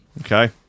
okay